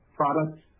products